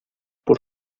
por